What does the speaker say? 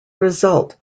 result